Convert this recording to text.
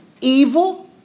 evil